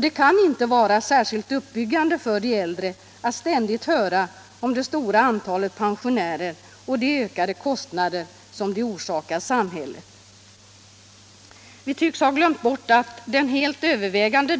Det kan inte vara särskilt uppbyggande för de äldre att ständigt höra om det stora antalet pensionärer och de ökade kostnader som de orsakar samhället. Vi tycks ha glömt bort att det helt övervägande